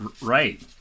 Right